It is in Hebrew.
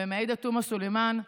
ומעאידה תומא סלימאן,